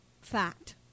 fact